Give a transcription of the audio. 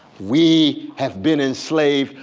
we have been enslaved.